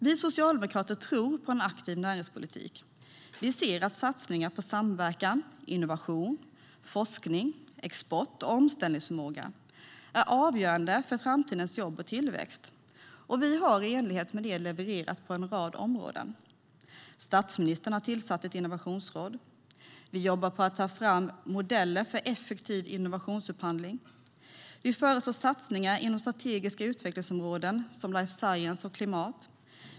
Vi socialdemokrater tror på en aktiv näringspolitik. Vi ser att satsningar på samverkan, innovation, forskning, export och omställningsförmåga är avgörande för framtidens jobb och tillväxt. Vi har i enlighet med det levererat på en rad områden. Statsministern har tillsatt ett innovationsråd. Vi jobbar på att ta fram modeller för effektiv innovationsupphandling. Vi föreslår satsningar inom strategiska utvecklingsområden som life science och klimat.